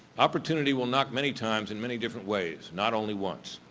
opportunity will knock many times in many different ways, not only once.